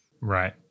Right